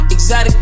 Exotic